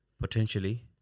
Potentially